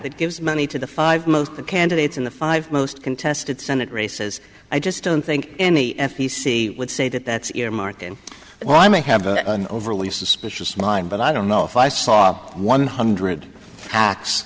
that gives money to the five most the candidates in the five most contested senate races i just don't think any f e c would say that that's your mark and well i may have an overly suspicious mind but i don't know if i saw one hundred tax